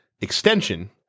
extension